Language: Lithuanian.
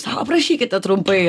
sako aprašykite trumpai